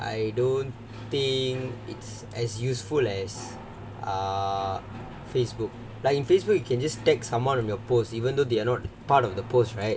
I don't think it's as useful as a Facebook like in Facebook you can just take some more than your post even though they are not part of the post right